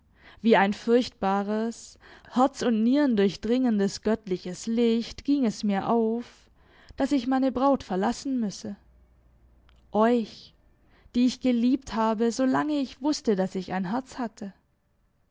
wie ein furchtbares herz und nieren durchdringendes göttliches licht ging es mir auf daß ich meine braut verlassen müsse euch die ich geliebt habe solange ich wußte daß ich ein herz hatte